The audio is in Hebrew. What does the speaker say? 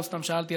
לא סתם שאלתי,